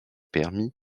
permis